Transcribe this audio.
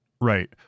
Right